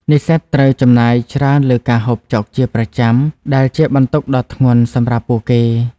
និស្សិតត្រូវចំណាយច្រើនលើការហូបចុកជាប្រចាំ ដែលជាបន្ទុកដ៏ធ្ងន់សម្រាប់ពួកគេ។